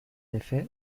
effet